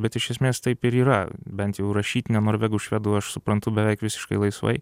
bet iš esmės taip ir yra bent jau rašytinę norvegų švedų aš suprantu beveik visiškai laisvai